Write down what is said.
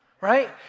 Right